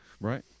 Right